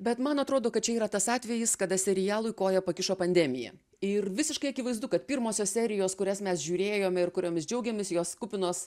bet man atrodo kad čia yra tas atvejis kada serialui koją pakišo pandemija ir visiškai akivaizdu kad pirmosios serijos kurias mes žiūrėjome ir kuriomis džiaugėmės jos kupinos